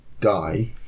die